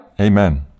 Amen